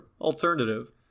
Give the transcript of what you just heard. alternative